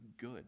good